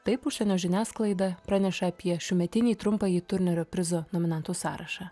taip užsienio žiniasklaida praneša apie šiųmetinį trumpąjį turnerio prizo nominantų sąrašą